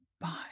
Bye